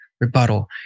rebuttal